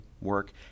work